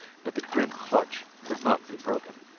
but the grim clutch could not be broken.